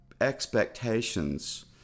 expectations